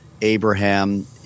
Abraham